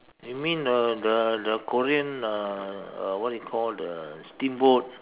you mean the the the Korean uh uh what do you call the steamboat